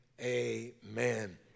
amen